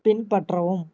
பின்பற்றவும்